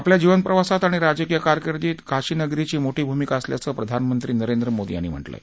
आपल्या जीवन प्रवासात आणि राजकीय कारकीर्दीत काशी नगरीची मोठी भूमिका असल्याचं प्रधानमंत्री नरेंद्र मोदी यांनी म्हटलं आहे